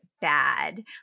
bad